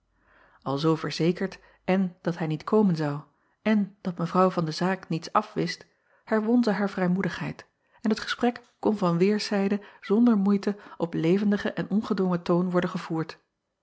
lzoo verzekerd èn dat hij niet komen zou èn dat evrouw van de zaak niets afwist herwon zij haar vrijmoedigheid en het gesprek kon van weêrszijden zonder moeite op levendigen en ongedwongen toon worden gevoerd